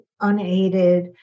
unaided